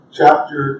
chapter